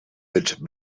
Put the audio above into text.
mit